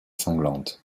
sanglante